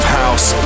house